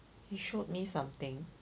he showed me something